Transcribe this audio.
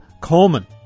Coleman